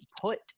put